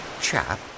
Chap